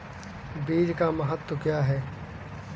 बीज का महत्व क्या है?